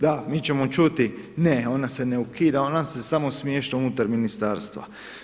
Da mi ćemo čuti, ne ona se ne ukida, ona vam se samo smješta unutar ministarstva.